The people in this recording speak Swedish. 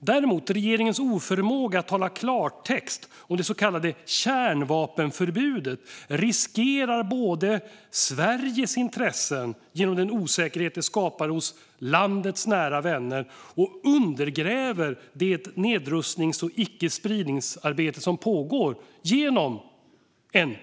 Däremot riskerar regeringens oförmåga att tala klartext om det så kallade kärnvapenförbudet Sveriges intressen genom den osäkerhet det skapar hos landets nära vänner och undergräver det nedrustnings och icke-spridningsarbete som pågår genom NPT.